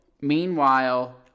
meanwhile